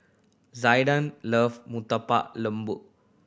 Zaiden love Murtabak Lembu